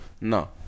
No